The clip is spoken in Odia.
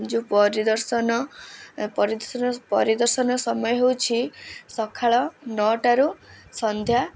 ଯେଉଁ ପରିଦର୍ଶନ ପରିଦର୍ଶନ ପରିଦର୍ଶନ ସମୟ ହେଉଛି ସକାଳ ନଅଟାରୁ ସନ୍ଧ୍ୟା